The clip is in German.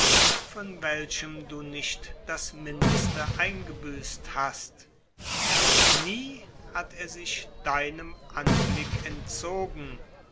vom welchem du nicht das mindeste eingebüßt hast nie hat er sich deinem anblick entzogen